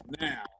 now